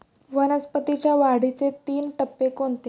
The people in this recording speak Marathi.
वनस्पतींच्या वाढीचे तीन टप्पे कोणते?